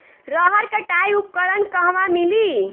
रहर कटाई उपकरण कहवा मिली?